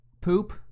poop